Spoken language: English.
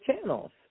channels